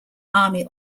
army